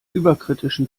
überkritischen